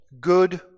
good